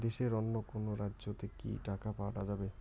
দেশের অন্য কোনো রাজ্য তে কি টাকা পাঠা যাবে?